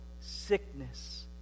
sickness